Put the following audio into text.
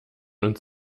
uns